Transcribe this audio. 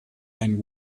and